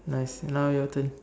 nice now your turn